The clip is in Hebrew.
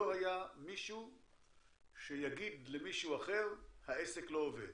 לא היה מישהו שיגיד למישהו אחר שהעסק לא עובד,